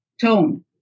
tone